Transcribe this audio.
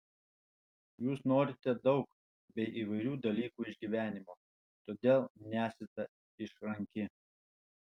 jūs norite daug bei įvairių dalykų iš gyvenimo todėl nesate išranki